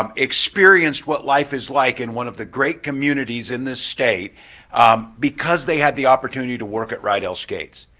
um experienced what life is like in one of the great communities in this state because they had the opportunity to work at rydell skates.